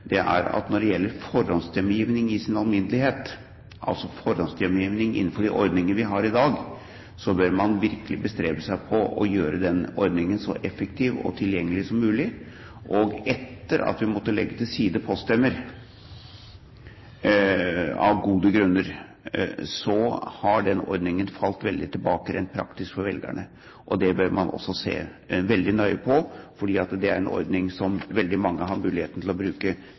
at når det gjelder forhåndsstemmegivning i sin alminnelighet – altså forhåndsstemmegivning innenfor de ordninger vi har i dag, bør man virkelig bestrebe seg på å gjøre ordningen så effektiv og tilgjengelig som mulig. Etter at vi måtte legge til side poststemmer, av gode grunner, har den ordningen falt veldig tilbake rent praktisk for velgerne. Det bør man også se veldig nøye på, for det er en ordning som veldig mange har muligheten til å bruke,